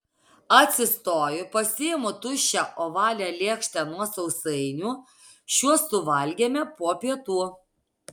atsistoju pasiimu tuščią ovalią lėkštę nuo sausainių šiuos suvalgėme po pietų